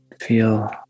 feel